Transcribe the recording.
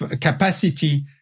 capacity